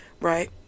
right